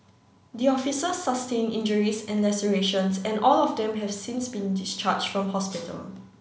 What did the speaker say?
the officers sustain injuries and lacerations and all of them have since been discharge from hospital